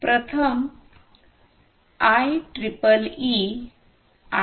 प्रथम आयट्रिपलई 802